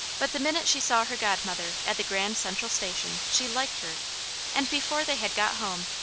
but the minute she saw her godmother at the grand central station, she liked her and before they had got home,